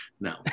no